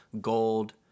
gold